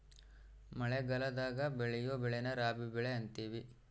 ಮಳಗಲದಾಗ ಬೆಳಿಯೊ ಬೆಳೆನ ರಾಬಿ ಬೆಳೆ ಅಂತಿವಿ